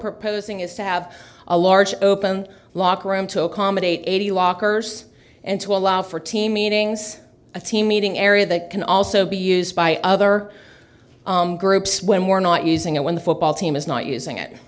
proposing is to have a large open locker room to accommodate eighty lockers and to allow for team meetings a team meeting area that can also be used by other groups when we're not using it when the football team is not using it